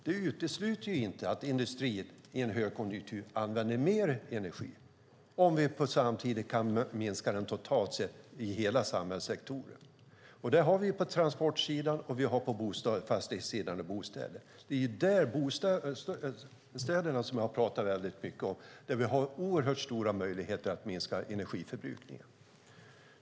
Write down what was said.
Det utesluter inte att industrin i en högkonjunktur använder mer energi om vi samtidigt kan minska användningen totalt sett i hela samhällssektorn. Så är det på transportsidan och bostadssidan. Det är på bostadssidan, som jag har pratat mycket om, som vi har stora möjligheter att minska energiförbrukningen.